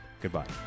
goodbye